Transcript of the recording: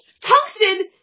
tungsten